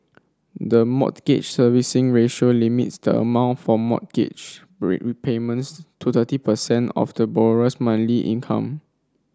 the Mortgage Servicing Ratio limits the amount for mortgage repayments to thirty percent of the borrower's monthly income